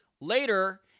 Later